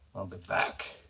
but back.